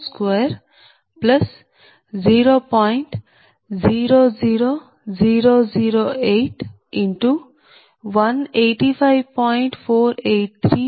00008 x 185